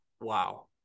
Wow